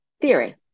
theory